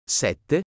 sette